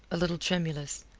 a little tremulous,